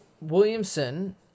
Williamson